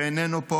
שאיננו פה,